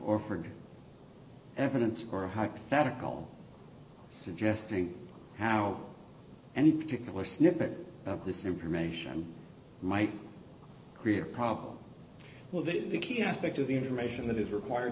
heard evidence for a hypothetical suggesting how any particular snippet of this information might create a problem with the key aspect of the information that is required